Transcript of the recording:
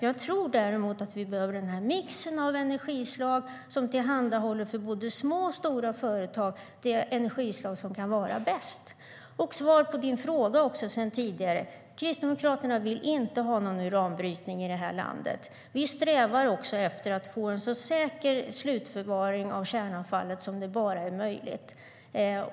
Jag tror däremot att vi behöver den här mixen av energislag, som för både små och stora företag tillhandahåller det energislag som kan vara bäst. Jag ska också svara på din tidigare fråga. Kristdemokraterna vill inte ha någon uranbrytning i det här landet. Vi strävar efter att få en så säker slutförvaring av kärnavfallet som det bara är möjligt.